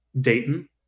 Dayton